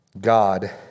God